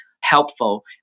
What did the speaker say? helpful